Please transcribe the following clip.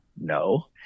No